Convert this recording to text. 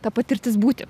ta patirtis būti